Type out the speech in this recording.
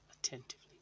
Attentively